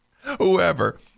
whoever